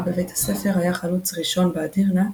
בבית הספר היה חלוץ ראשון באדירנה,